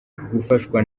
gufashwa